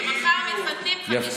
ומחר מתחתנים עם 50 איש.